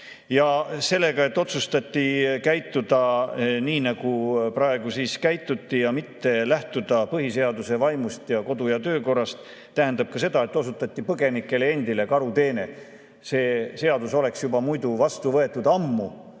Sellega, et otsustati käituda nii, nagu praegu käituti, mitte lähtuda põhiseaduse vaimust ning meie kodu- ja töökorrast, tähendab ka seda, et osutati põgenikele endile karuteene. See seadus oleks muidu vastu võetud juba